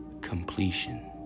completion